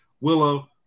Willow